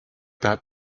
that